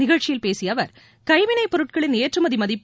நிகழ்ச்சியில் பேசிய அவர் கைவினைப் பொருட்களின் ஏற்றுமதி மதிப்பு